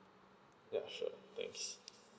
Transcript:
ya sure thanks